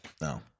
No